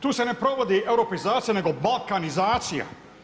Tu se ne provodi europeizacija nego balkanizacija.